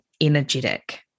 energetic